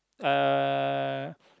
uh